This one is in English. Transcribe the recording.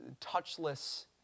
touchless